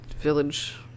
village